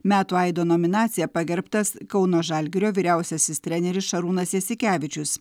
metų aido nominacija pagerbtas kauno žalgirio vyriausiasis treneris šarūnas jasikevičius